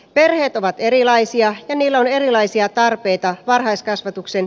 perheet ovat erilaisia niillä on erilaisia tarpeita varhaiskasvatuksen